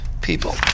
people